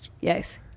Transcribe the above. Yes